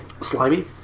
Slimy